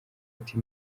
uti